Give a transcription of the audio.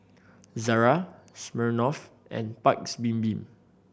Zara Smirnoff and Paik's Bibim